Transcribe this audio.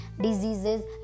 diseases